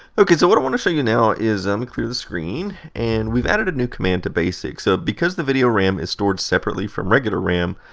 ok, so what i want to show you now, let ah me clear the screen. and we've added a new command to basic. so, because the video ram is stored separately from regular ram,